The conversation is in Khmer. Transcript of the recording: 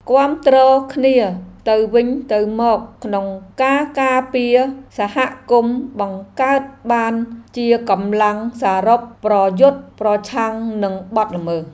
គាំទ្រគ្នាទៅវិញទៅមកក្នុងការការពារសហគមន៍បង្កើតបានជាកម្លាំងសរុបប្រយុទ្ធប្រឆាំងនឹងបទល្មើស។